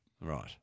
Right